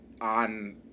on